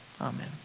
Amen